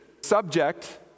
subject